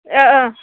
औ औ